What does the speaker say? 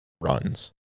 runs